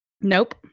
nope